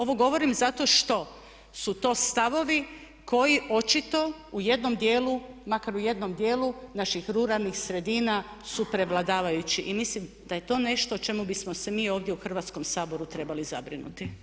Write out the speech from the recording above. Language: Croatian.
Ovo govorim zato što su to stavovi koji očito u jednom dijelu, makar u jednom dijelu naših ruralnih sredina su prevladavajući i mislim da je to nešto o čemu bismo se mi ovdje u Hrvatskom saboru trebali zabrinuti.